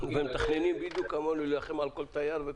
ומתכננים בדיוק כמונו להילחם על כל תייר.